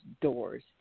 doors